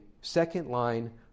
second-line